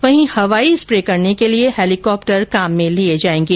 वहीं हवाई स्प्रे करने के लिए हेलीकॉप्टर काम में लिये जायेंगे